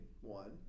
one